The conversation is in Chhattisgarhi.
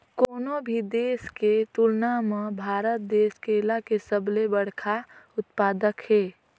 कोनो भी देश के तुलना म भारत देश केला के सबले बड़खा उत्पादक हे